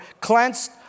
cleansed